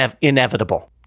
inevitable